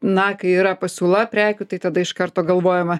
na kai yra pasiūla prekių tai tada iš karto galvojama